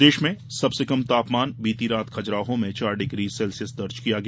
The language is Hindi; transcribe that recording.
प्रदेश में सबसे कम तापमान बीती रात खजुराहो में चार डिग्री सेल्सियस दर्ज किया गया